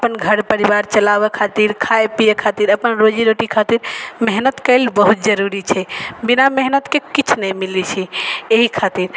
अपन घर परिवार चलाबऽ खातिर खाइ पिए खातिर अपन रोजी रोटी खातिर मेहनति कएल बहुत जरूरी छै बिना मेहनतिके किछु नहि मिलै छै एहि खातिर